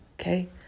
Okay